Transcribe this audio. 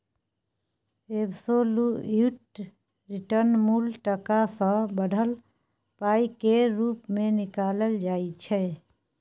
absolute return मुल टका सँ बढ़ल पाइ केर रुप मे निकालल जाइ छै